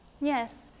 Yes